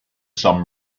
some